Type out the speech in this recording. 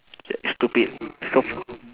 stupid so for